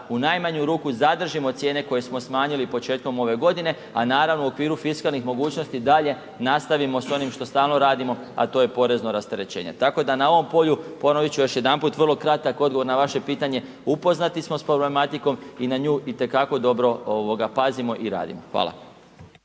u najmanju ruku zadržimo cijene koje smo smanjili početkom ove godine a naravno u okviru fiskalnih mogućnosti dalje nastavimo s onim što stalno radimo a to je porezno rasterećenje. Tako da na ovom polju ponovit ću još jedanput, vrlo kratak odgovor na vaše pitanje, upoznati s problematikom i na nju itekako dobro pazimo i radimo. Hvala.